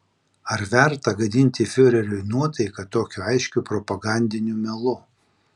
ar verta gadinti fiureriui nuotaiką tokiu aiškiu propagandiniu melu